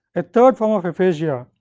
a third form of aphasia,